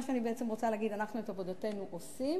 מה שאני בעצם רוצה להגיד: אנחנו את עבודתנו עושים,